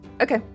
Okay